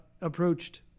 approached